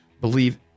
believe